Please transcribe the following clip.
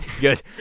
Good